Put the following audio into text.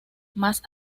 más